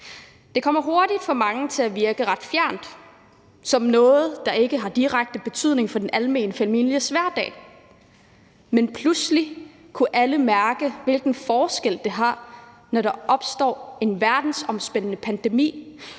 Det kommer for mange hurtigt til at virke ret fjernt, som noget, der ikke har direkte betydning for den almene families hverdag. Men pludselig kunne alle mærke, hvilken forskel det gør, da der opstod en verdensomspændende pandemi.